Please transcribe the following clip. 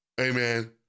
amen